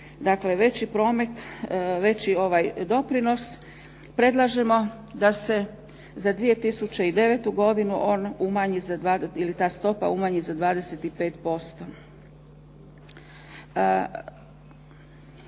Dakle, veći promet, veći doprinos. Predlažemo da se za 2009. godinu on umanji ili